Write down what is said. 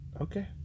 Okay